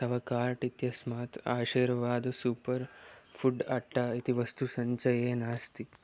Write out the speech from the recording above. तव कार्ट् इत्यस्मात् Aashirvaad super food atta इति वस्तु सञ्चये नास्ति